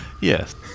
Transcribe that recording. yes